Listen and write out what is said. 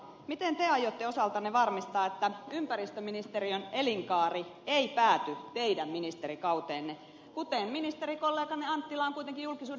miten te aiotte osaltanne varmistaa että ympäristöministeriön elinkaari ei pääty teidän ministerikauteenne kuten ministerikolleganne anttila on kuitenkin julkisuudessa esittänyt